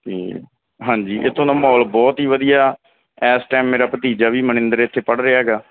ਅਤੇ ਹਾਂਜੀ ਇੱਥੋਂ ਦਾ ਮਾਹੌਲ ਬਹੁਤ ਹੀ ਵਧੀਆ ਇਸ ਟਾਈਮ ਮੇਰਾ ਭਤੀਜਾ ਵੀ ਮਨਿੰਦਰ ਇੱਥੇ ਪੜ੍ਹ ਰਿਹਾ ਹੈਗਾ